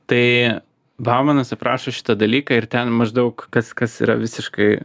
tai baumanas aprašo šitą dalyką ir ten maždaug kas kas yra visiškai